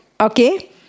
Okay